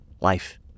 Life